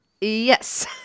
Yes